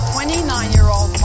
Twenty-nine-year-old